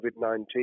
COVID-19